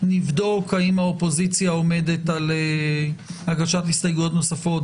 נבדוק האם האופוזיציה עומדת על הגשת הסתייגויות נוספות,